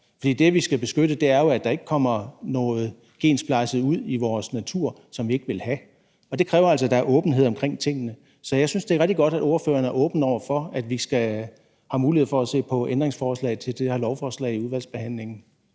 For det, vi skal beskytte, er jo, at der ikke kommer noget gensplejset ud i vores natur, som vi ikke vil have. Og det kræver altså, at der er åbenhed omkring tingene. Så jeg synes, det er rigtig godt, at ordføreren er åben over for, at vi skal have mulighed for at se på ændringsforslag til det her lovforslag i udvalgsbehandlingen.